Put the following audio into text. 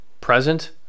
present